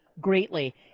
greatly